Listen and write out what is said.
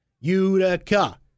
Utica